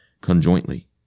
conjointly